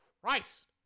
Christ